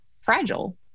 fragile